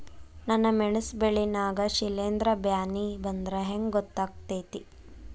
ನನ್ ಮೆಣಸ್ ಬೆಳಿ ನಾಗ ಶಿಲೇಂಧ್ರ ಬ್ಯಾನಿ ಬಂದ್ರ ಹೆಂಗ್ ಗೋತಾಗ್ತೆತಿ?